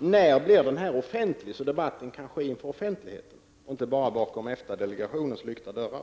När blir det här offentligt, så att debatten inte bara behöver föras bakom EFTA-delegationens lyckta dörrar?